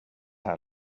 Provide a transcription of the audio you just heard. här